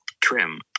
trim